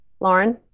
lauren